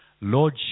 Lord